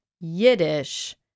Yiddish